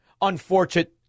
unfortunate